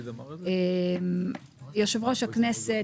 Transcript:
יושב-ראש הכנסת,